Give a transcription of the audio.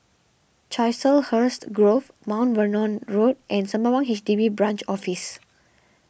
Chiselhurst Grove Mount Vernon Road and Sembawang H D B Branch Office